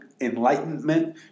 Enlightenment